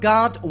God